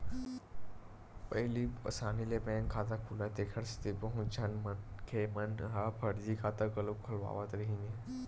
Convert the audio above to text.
पहिली असानी ले बैंक खाता खुलय तेखर सेती बहुत झन मनखे मन ह फरजी खाता घलो खोलवावत रिहिन हे